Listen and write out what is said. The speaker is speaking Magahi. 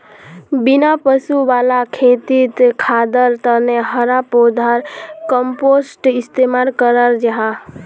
बिना पशु वाला खेतित खादर तने हरा पौधार कम्पोस्ट इस्तेमाल कराल जाहा